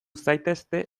zaitezte